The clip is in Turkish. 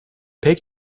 pek